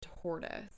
tortoise